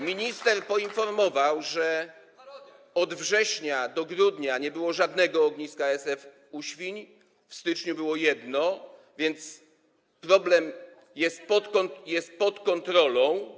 Minister poinformował, że od września do grudnia nie było żadnego ogniska ASF u świń, w styczniu było jedno, więc problem jest pod kontrolą.